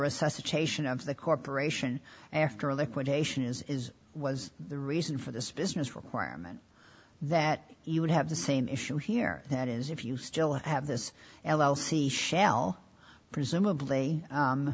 resuscitation of the corporation after liquidation is was the reason for this business requirement that you would have the same issue here that is if you still have this l l c shell presumably